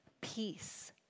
peace